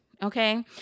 Okay